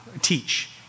Teach